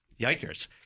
Yikers